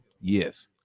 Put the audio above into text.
yes